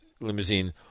limousine